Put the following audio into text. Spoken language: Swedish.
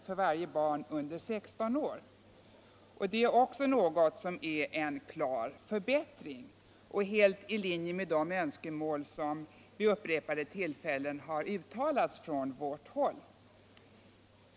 för varje barn under 16 år, och det är också en klar förbättring som är helt i linje med de önskemål som vid upprepade tillfällen har uttalats från vårt håll.